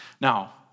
Now